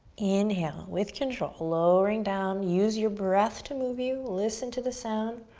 inhale with control, lowering down, use your breath to move you. listen to the sound.